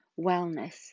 wellness